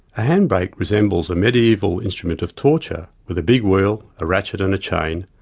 a handbrake resembles a medieval instrument of torture, with a big wheel, a ratchet and a chain,